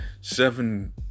Seven